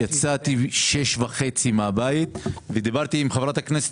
יצאתי מהבית ב-06:30 ודיברתי עם חברת הכנסת